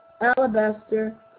alabaster